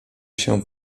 się